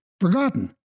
forgotten